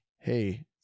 hey